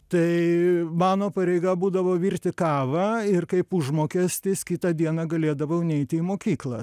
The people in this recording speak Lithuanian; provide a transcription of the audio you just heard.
tai mano pareiga būdavo virti kavą ir kaip užmokestis kitą dieną galėdavau neiti į mokyklą